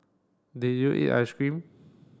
did you eat ice cream